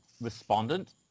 respondent